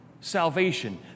salvation